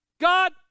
God